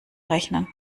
rechnen